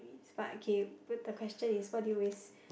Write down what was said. but okay the question is what do you always